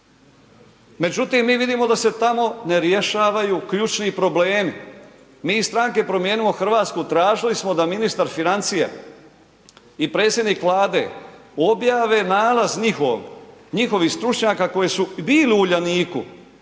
Međutim mi vidimo da se tamo ne rješavaju ključni problemi. Mi iz stranke Promijenimo Hrvatsku tražili smo da ministar financija i predsjednik Vlade objave nalaz njihov, njihovih stručnjaka koji su bili u Uljaniku